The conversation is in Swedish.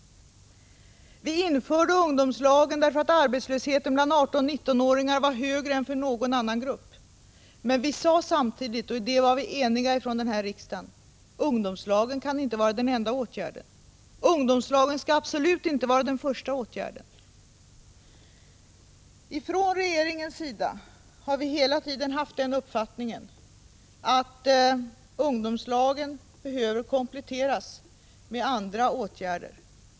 Vi införde ungdomslagen därför att arbetslösheten bland 18-19-åringar var högre än för någon annan grupp. Men vi sade samtidigt — och därvid var vi eniga här i riksdagen — att ungdomslagen inte kan vara den enda åtgärden och att ungdomslagen absolut inte skall vara den första åtgärden. Från regeringens sida har vi hela tiden haft den uppfattningen att ungdomslagen behöver kompletteras med andra åtgärder.